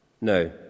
No